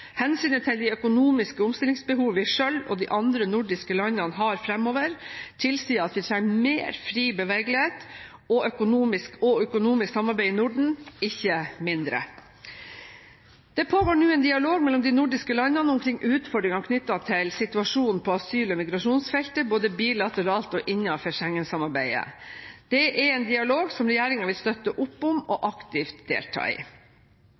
Hensynet til de økonomiske omstillingsbehov vi selv og de andre nordiske landene har fremover, tilsier at vi trenger mer fri bevegelighet og økonomisk samarbeid i Norden, ikke mindre. Det pågår nå en dialog mellom de nordiske landene omkring utfordringene knyttet til situasjonen på asyl- og migrasjonsfeltet, både bilateralt og innenfor Schengen-samarbeidet. Det er en dialog som regjeringen vil støtte opp om og aktivt delta i.